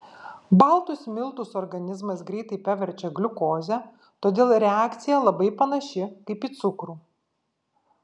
baltus miltus organizmas greitai paverčia gliukoze todėl reakcija labai panaši kaip į cukrų